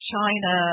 China